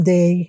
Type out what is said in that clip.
Day